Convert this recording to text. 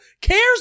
cares